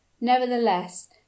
Nevertheless